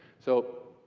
so,